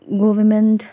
government